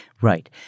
Right